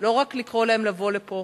לא רק לקרוא להם לבוא לפה,